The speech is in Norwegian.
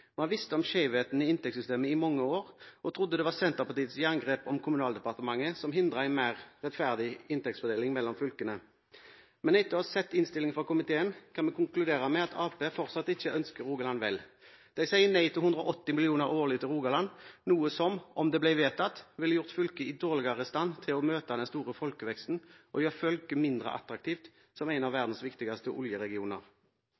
om skjevheten i inntektssystemet i mange år og trodde det var Senterpartiets jerngrep om Kommunaldepartementet som hindret en mer rettferdig inntektsfordeling mellom fylkene. Men etter å ha sett innstillingen fra komiteen kan vi konkludere med at Arbeiderpartiet fortsatt ikke ønsker Rogaland vel. De sier nei til 180 mill. kr årlig til Rogaland, noe som – dersom det ble vedtatt – ville gjort fylket dårligere i stand til å møte den store folkeveksten og mindre attraktivt som en av